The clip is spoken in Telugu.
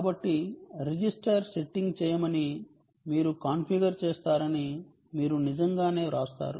కాబట్టి రిజిస్టర్ సెట్టింగ్ చేయమని మీరు కాన్ఫిగర్ చేస్తారని మీరు నిజంగానే వ్రాస్తారు